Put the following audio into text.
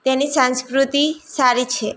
તેની સંસ્કૃતિ સારી છે